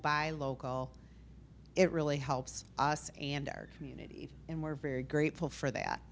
buy local it really helps us and our community and we're very grateful for that